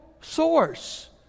source